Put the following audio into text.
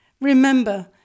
Remember